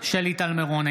שלי טל מירון,